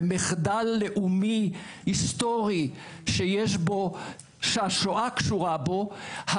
במחדל לאומי היסטורי שהשואה קשורה בו,